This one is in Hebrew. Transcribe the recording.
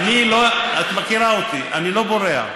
את מכירה אותי, אני לא בורח.